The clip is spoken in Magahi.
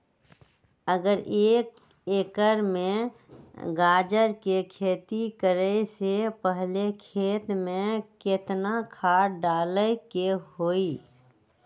अगर एक एकर में गाजर के खेती करे से पहले खेत में केतना खाद्य डाले के होई?